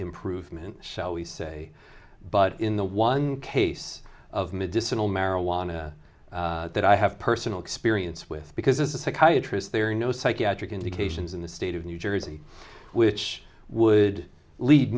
improvement shall we say but in the one case of medicinal marijuana that i have personal experience with because it's a psychiatrist there are no psychiatric indications in the state of new jersey which would lead